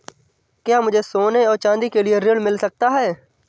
क्या मुझे सोने और चाँदी के लिए ऋण मिल सकता है?